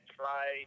try